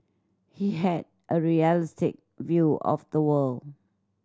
he had a realistic view of the world